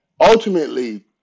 Ultimately